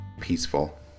peaceful